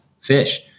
fish